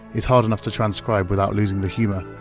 is hard enough to transcribe without losing the humor,